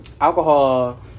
Alcohol